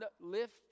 Lift